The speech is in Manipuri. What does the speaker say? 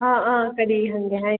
ꯍꯥ ꯑꯥ ꯀꯔꯤ ꯍꯪꯒꯦ ꯍꯥꯏꯅꯣ